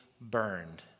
burned